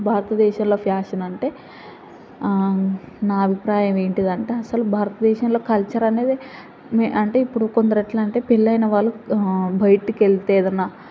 భారతదేశంలో ఫ్యాషన్ అంటే నా అభిప్రాయం ఏంటి అంటే అసలు భారతదేశంలో కల్చర్ అనేది మే అంటే ఇప్పుడు కొందరు ఎట్లా అంటే పెళ్ళయిన వాళ్ళు బయటికి వెళితే ఏదైనా